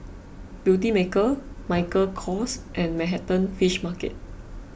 Beautymaker Michael Kors and Manhattan Fish Market